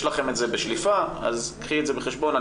יש לכם את זה בשליפה אז קחי את זה בחשבון.